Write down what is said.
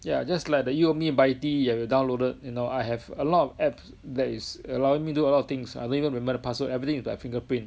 yeah just like the U_O_B you have downloaded you know I have a lot of apps that is allowing me do a lot of things I don't even remember the password everything is like fingerprint